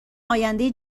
آینده